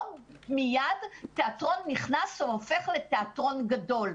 לא מיד תיאטרון נכנס והופך לתיאטרון גדול.